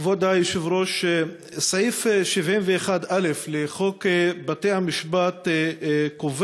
כבוד היושב-ראש, בסעיף 71א לחוק בתי-המשפט נקבע